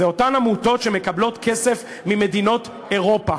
זה אותן עמותות שמקבלות כסף ממדינות אירופה.